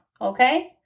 okay